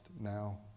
now